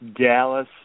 Dallas